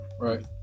right